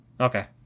Okay